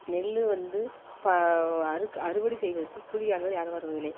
நெல் வந்து அறுக்க அறுவடை செய்வதற்கு கூலி ஆட்கள் யாரும் வருவதில்லை